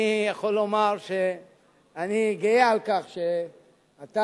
אני יכול לומר שאני גאה על כך שאתה,